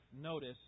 notice